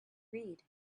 read